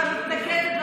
את מתנגדת,